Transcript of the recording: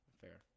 Fair